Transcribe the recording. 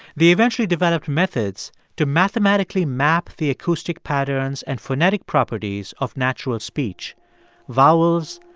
they eventually developed methods to mathematically map the acoustic patterns and phonetic properties of natural speech vowels,